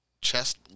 chest